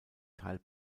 teil